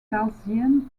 dalziel